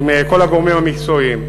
עם כל הגורמים המקצועיים,